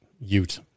ute